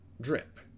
Drip